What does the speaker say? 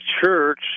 church